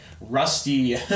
rusty